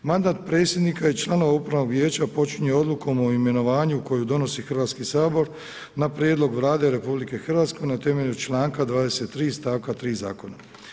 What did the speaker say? Mandat predsjednika i članova upravnog vijeća počinje odlukom o imenovanju koju donosi Hrvatski sabor na prijedlog Vlade RH na temelju članka 23. stavka 3. zakona.